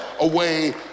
away